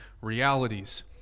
realities